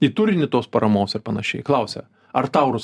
į turinį tos paramos ir panašiai klausia ar taurus